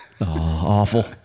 Awful